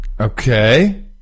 okay